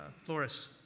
Flores